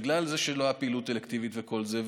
בגלל שלא הייתה פעילות אלקטיבית וכל זה.